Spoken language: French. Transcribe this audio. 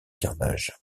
carnage